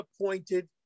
appointed